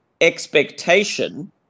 expectation